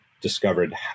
discovered